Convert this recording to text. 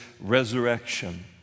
resurrection